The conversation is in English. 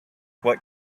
what